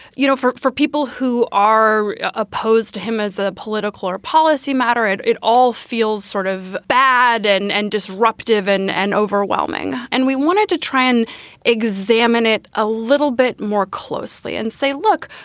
you know, for for people who are opposed to him as a political or policy moderate, it all feels sort of bad and and disruptive and and overwhelming. and we wanted to try and examine it a little bit more closely and say, look,